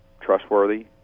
trustworthy